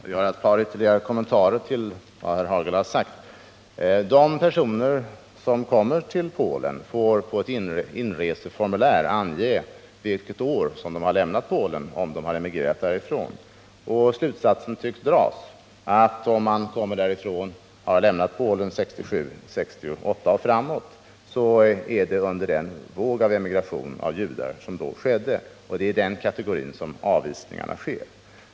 Herr talman! Jag har ytterligare ett par kommentarer till det Rolf Hagel har sagt. De personer som kommer till Polen får på ett inreseformulär ange vilket år de lämnat Polen, om de emigrerat därifrån. Den slutsatsen tycks dras att den som lämnat Polen 1967, 1968 eller senare har gjort det under den våg av judisk emigration som då skedde. Det är inom den kategorin avvisningarna sker.